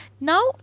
Now